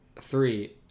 three